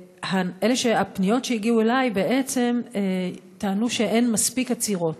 והפניות שהגיעו אלי בעצם טענו שאין מספיק עצירות,